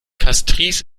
castries